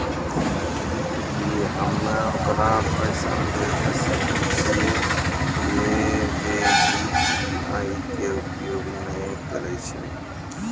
की हम्मय ओकरा पैसा भेजै सकय छियै जे यु.पी.आई के उपयोग नए करे छै?